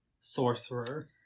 sorcerer